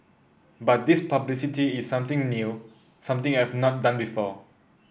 but this publicity is something new something I've not done before